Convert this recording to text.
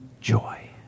joy